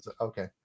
Okay